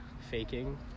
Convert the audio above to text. faking